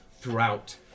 throughout